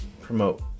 promote